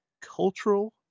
cultural